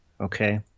okay